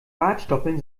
bartstoppeln